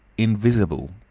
invisible.